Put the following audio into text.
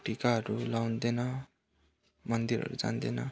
टिकाहरू लाउँदैन मन्दिरहरू जाँदैन